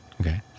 Okay